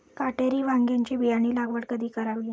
काटेरी वांग्याची बियाणे लागवड कधी करावी?